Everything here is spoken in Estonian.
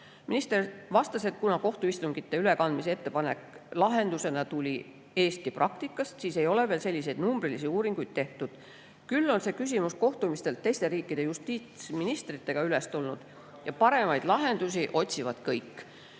Minister vastas, et kuna kohtuistungite ülekandmise ettepanek lahendusena tulenes Eesti praktikast, siis ei ole veel numbrilisi uuringuid tehtud. Küll on see küsimus kohtumistel teiste riikide justiitsministritega üles tulnud. Paremaid lahendusi otsivad kõik. Tehti